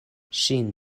ŝin